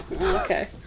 Okay